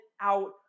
out